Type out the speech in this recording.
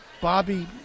Bobby